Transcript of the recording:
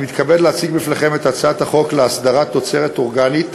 אני מתכבד להציג בפניכם את הצעת החוק להסדרת תוצרת אורגנית